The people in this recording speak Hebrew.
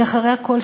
כי אחרי הכול,